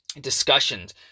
discussions